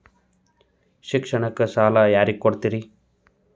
ಶಿಕ್ಷಣಕ್ಕ ಸಾಲ ಯಾರಿಗೆ ಕೊಡ್ತೇರಿ?